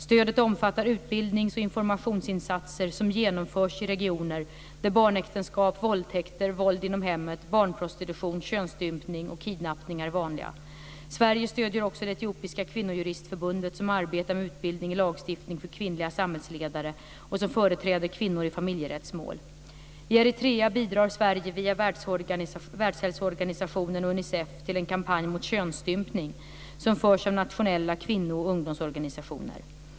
Stödet omfattar utbildnings och informationsinsatser som genomförs i regioner där barnäktenskap, våldtäkter, våld inom hemmet, barnprostitution, könsstympning och kidnappningar är vanliga. Sverige stöder också det etiopiska kvinnojuristförbundet som arbetar med utbildning i lagstiftning för kvinnliga samhällsledare och som företräder kvinnor i familjerättsmål. I Eritrea bidrar Sverige via Världshälsoorganisationen och Unicef till en kampanj mot könsstympning som förs av nationella kvinno och ungdomsorganisationer.